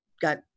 got